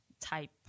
type